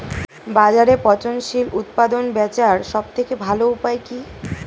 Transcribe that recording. বাজারে পচনশীল উৎপাদন বেচার সবথেকে ভালো উপায় কি?